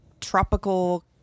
tropical